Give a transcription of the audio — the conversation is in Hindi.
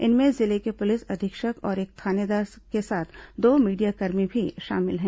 इनमें जिले के पुलिस अधीक्षक और एक थानेदार के साथ दो मीडियाकर्मी भी शामिल हैं